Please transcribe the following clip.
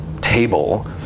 table